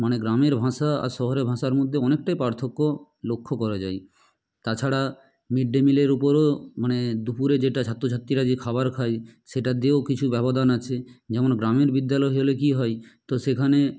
মানে গ্রামের ভাষা আর শহরের ভাষার মধ্যে অনেকটাই পার্থক্য লক্ষ্য করা যায় তাছাড়া মিড ডে মিলের উপরও মানে দুপুরে যেটা ছাত্র ছাত্রীরা যে খাবার খায় সেটা দিয়েও কিছু ব্যবধান আছে যেমন গ্রামের বিদ্যালয় হলে কী হয় তো সেখানে